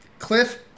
Cliff